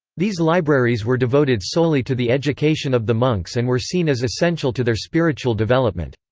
these libraries were devoted solely to the education of the monks and were seen as essential to their spiritual development.